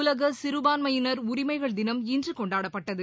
உலக சிறுபான்மையினர் உரிமைகள் தினம் இன்று கொண்டாடப்பட்டது